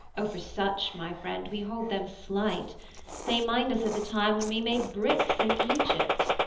o for such, my friend, we hold them slight they mind us of the time when we made bricks in egypt.